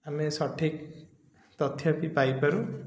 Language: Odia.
ଆମେ ସଠିକ୍ ତଥ୍ୟ ବି ପାଇପାରୁ